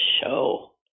show